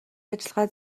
ажиллагаа